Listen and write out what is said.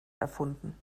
erfunden